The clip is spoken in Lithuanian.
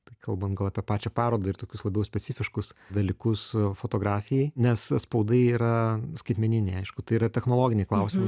tai kalbant gal apie pačią parodą ir tokius labiau specifiškus dalykus fotografijai nes atspaudai yra skaitmeniniai aišku tai yra technologiniai klausimai